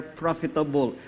profitable